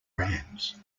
brands